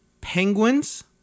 Penguins